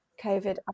COVID